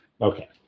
Okay